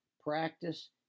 practice